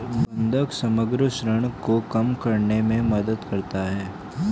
बंधक समग्र ऋण को कम करने में मदद करता है